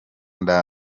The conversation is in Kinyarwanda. ndetse